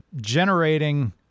generating